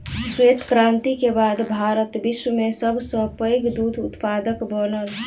श्वेत क्रांति के बाद भारत विश्व में सब सॅ पैघ दूध उत्पादक बनल